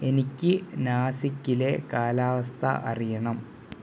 എനിക്ക് നാസിക്കിലെ കാലാവസ്ഥ അറിയണം